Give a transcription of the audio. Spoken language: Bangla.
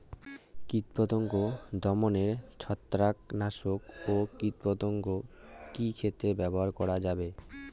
কীটপতঙ্গ দমনে ছত্রাকনাশক ও কীটনাশক কী একত্রে ব্যবহার করা যাবে?